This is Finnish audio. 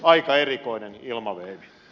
aika erikoinen ilmaveivi